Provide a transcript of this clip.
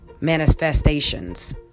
manifestations